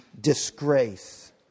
disgrace